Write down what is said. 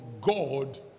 God